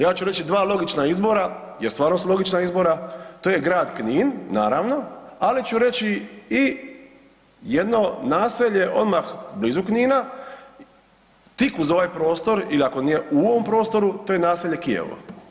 Ja ću reći dva logična izbora jer stvarno su logična izbora, to je grad Knin, naravno ali ću reći i jedno naselje odmah blizu Knina, tik uz ovaj prostor ili ako nije u ovom prostoru, to je naselje Kijevo.